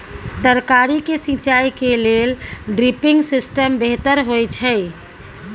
तरकारी के सिंचाई के लेल ड्रिपिंग सिस्टम बेहतर होए छै?